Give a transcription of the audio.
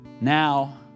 Now